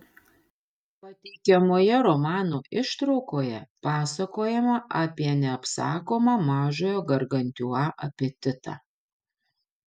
pateikiamoje romano ištraukoje pasakojama apie neapsakomą mažojo gargantiua apetitą